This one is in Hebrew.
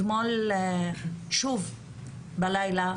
אתמול שוב בלילה,